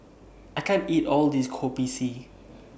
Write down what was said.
I can't eat All This Kopi C